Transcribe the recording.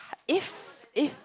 if if